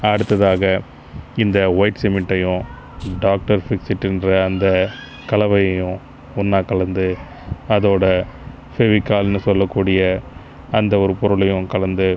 அடுத்ததாக இந்த ஒயிட் சிமிண்ட்டையும் டாக்டர் ஃபிக்சிட்டுன்ற அந்த கலவையும் ஒன்றா கலந்து அதோட ஃபெவிக்கால்னு சொல்லக் கூடிய அந்த ஒரு பொருளையும் கலந்து